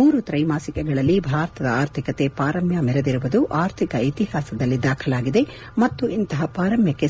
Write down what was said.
ಮೂರು ತ್ರೈಮಾಸಿಕಗಳಲ್ಲಿ ಭಾರತದ ಆರ್ಥಿಕತೆ ಪಾರಮ್ಯ ಮೆರೆದಿರುವುದು ಆರ್ಥಿಕ ಇತಿಹಾಸದಲ್ಲಿ ದಾಖಲಾಗಿದೆ ಮತ್ತು ಇಂಥ ಪಾರಮ್ಕಕ್ಕೆ